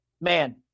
man